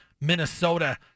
Minnesota